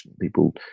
people